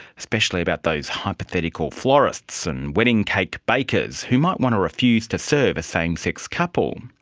especially about those hypothetical florists and wedding cake bakers who might want to refuse to serve a same-sex couple.